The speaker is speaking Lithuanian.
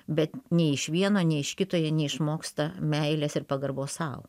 bet nei iš vieno nei iš kito jie neišmoksta meilės ir pagarbos sau